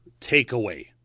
takeaway